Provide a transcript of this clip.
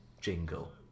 Jingle